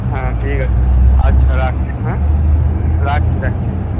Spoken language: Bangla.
হ্যাঁ ঠিক আছে আচ্ছা রাখছি হ্যাঁ রাখছি রাখছি হ্যাঁ